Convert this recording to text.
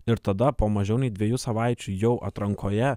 ir tada po mažiau nei dviejų savaičių jau atrankoje